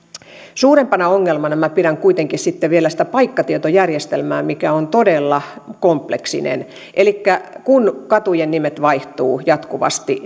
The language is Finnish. suurempana ongelmana pidän kuitenkin sitten vielä sitä paikkatietojärjestelmää mikä on todella kompleksinen elikkä vaikka katujen nimet vaihtuvat jatkuvasti